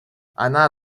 она